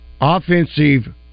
offensive